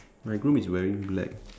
my groom is wearing black